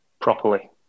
properly